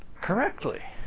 correctly